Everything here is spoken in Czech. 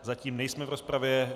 Zatím nejsme v rozpravě.